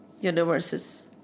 universes